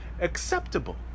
acceptable